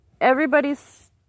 everybody's